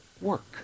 work